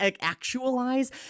actualize